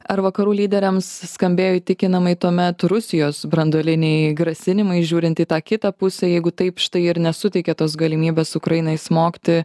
ar vakarų lyderiams skambėjo įtikinamai tuomet rusijos branduoliniai grasinimai žiūrint į tą kitą pusę jeigu taip štai ir nesuteikia tos galimybės ukrainai smogti